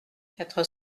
quatre